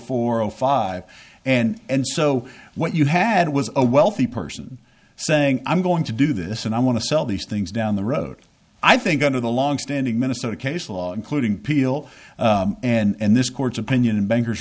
four zero five and so what you had was a wealthy person saying i'm going to do this and i want to sell these things down the road i think under the longstanding minnesota case law including peel and this court's opinion and bankers